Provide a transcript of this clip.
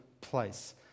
place